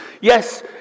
Yes